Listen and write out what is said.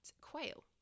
quail